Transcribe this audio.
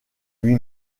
lui